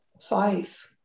Five